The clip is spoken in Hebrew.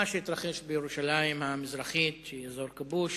מה שהתרחש בירושלים המזרחית, שהיא אזור כבוש,